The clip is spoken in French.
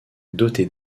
doté